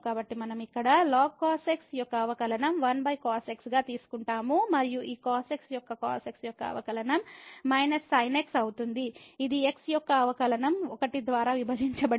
కాబట్టి మనం ఇక్కడ ln cos x యొక్క అవకలనం1cos x గా తీసుకుంటాము మరియు ఈ cos x యొక్క cos x యొక్క అవకలనం −sin x అవుతుంది ఇది x యొక్క అవకలనం 1 ద్వారా విభజించబడింది